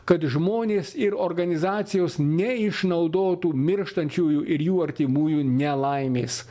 kad žmonės ir organizacijos neišnaudotų mirštančiųjų ir jų artimųjų nelaimės